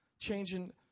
changing